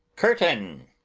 curtain!